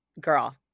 Girl